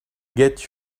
get